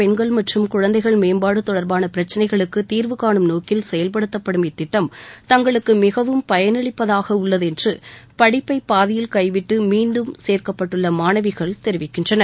பெண்கள் மற்றும் குழந்தைகள் மேம்பாடு தொடர்பான பிரச்னைகளுக்கு தீர்வு கானும் நோக்கில் செயல்படுத்தப்படும் இத்திட்டம் தங்களுக்கு மிகவும் பயனளிப்பதாக உள்ளது என்று படிப்பை பாதியில் கைவிட்டு மீண்டும் சேர்க்கப்பட்டுள்ள மாணவிகள் தெரிவிக்கின்றனர்